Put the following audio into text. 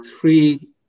three